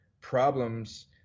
problems